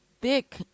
thick